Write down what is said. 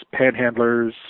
panhandlers